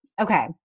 Okay